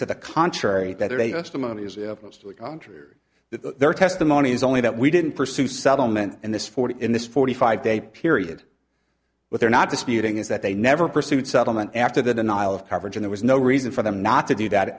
the country their testimony is only that we didn't pursue settlement in this forty in this forty five day period but they're not disputing is that they never pursued settlement after the denial of coverage in there was no reason for them not to do that